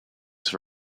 have